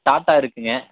tata இருக்குங்க